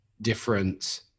different